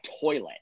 toilet